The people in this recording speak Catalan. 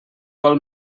vol